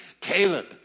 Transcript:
Caleb